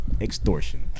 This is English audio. extortion